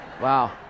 Wow